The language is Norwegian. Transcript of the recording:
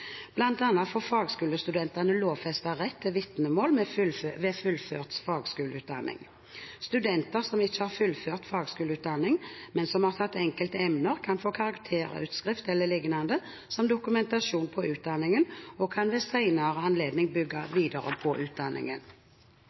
annet får fagskolestudentene lovfestet rett til vitnemål ved fullført fagskoleutdanning. Studenter som ikke har fullført fagskoleutdanning, men som har tatt enkelte emner, kan få karakterutskrift e.l. som dokumentasjon på utdanningen og kan ved senere anledning bygge videre på utdanningen.